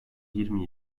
yirmi